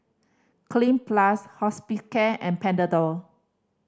Clean Plus Hospicare and Panadol